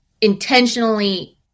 intentionally